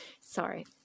sorry